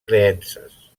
creences